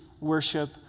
worship